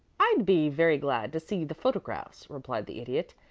i'd be very glad to see the photographs, replied the idiot.